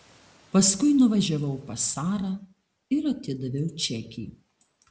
paskui nuvažiavau pas sarą ir atidaviau čekį